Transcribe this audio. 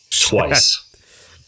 Twice